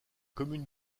commune